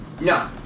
No